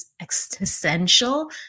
existential